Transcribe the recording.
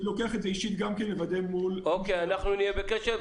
אני לוקח את זה אישית גם כן לוודא מול --- אנחנו נהיה בקשר.